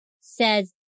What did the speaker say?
says